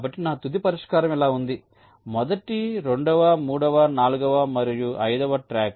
కాబట్టి నా తుది పరిష్కారం ఇలా ఉంది మొదటి రెండవ మూడవ నాల్గవ మరియు ఐదవ ట్రాక్